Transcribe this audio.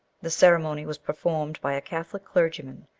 the ceremony was performed by a catholic clergyman,